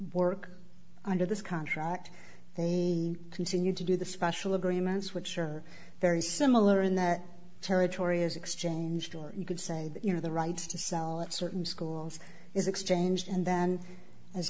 work under this contract they continue to do the special agreements which are very similar in that territory is exchanged or you could say that your the right to sell at certain schools is exchanged and then as